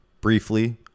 briefly